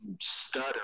stutter